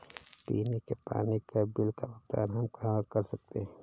पीने के पानी का बिल का भुगतान हम कहाँ कर सकते हैं?